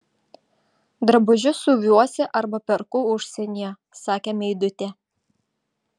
drabužius siuvuosi arba perku užsienyje sakė meidutė